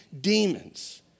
demons